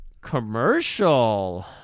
commercial